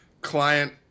client